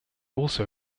also